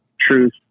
truth